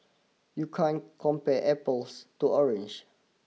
you can't compare apples to oranges